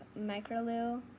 MicroLoo